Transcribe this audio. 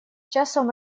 часом